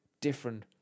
different